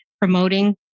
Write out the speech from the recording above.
promoting